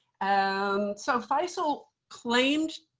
um so faisal claimed,